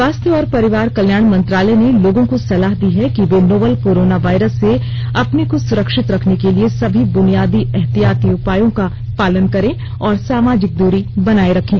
स्वास्थ्य और परिवार कल्याण मंत्रालय ने लोगों को सलाह दी है कि वे नोवल कोरोना वायरस से अपने को सुरक्षित रखने के लिए समी ब्रनियादी एहतियाती उपायों का पालन करें और सामाजिक दूरी बनाए रखें